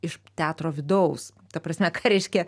iš teatro vidaus ta prasme ką reiškia